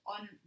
on